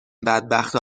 بدبختا